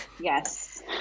yes